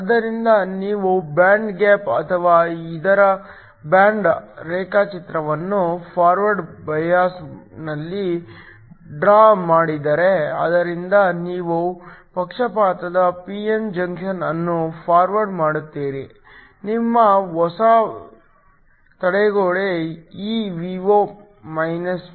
ಆದ್ದರಿಂದ ನೀವು band gap ಅಥವಾ ಇದರ ಬ್ಯಾಂಡ್ ರೇಖಾಚಿತ್ರವನ್ನು ಫಾರ್ವರ್ಡ್ ಬಯಾಸ್ ನಲ್ಲಿ ಡ್ರಾ ಮಾಡಿದರೆ ಆದ್ದರಿಂದ ನೀವು ಪಕ್ಷಪಾತದ p n ಜಂಕ್ಷನ್ ಅನ್ನು ಫಾರ್ವರ್ಡ್ ಮಾಡುತ್ತೀರಿ ನಿಮ್ಮ ಹೊಸ ತಡೆಗೋಡೆ Evo v